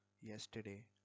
yesterday